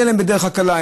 מגיע אליהם בדרך הקלה.